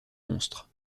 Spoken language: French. monstres